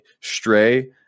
Stray